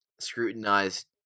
scrutinized